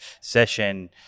session